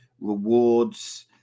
rewards